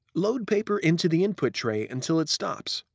load paper into the input tray until it stops.